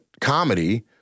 comedy